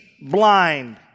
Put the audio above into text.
blind